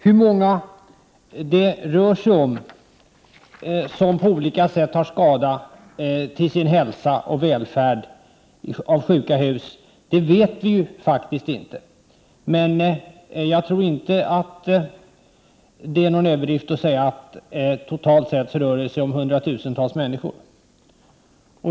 Hur många som på olika sätt till hälsa och välfärd tar skada av sjuka hus vet vi faktiskt inte, men jag tror inte att det är någon överdrift att påstå att det totalt sett rör sig om hundratusentals människor.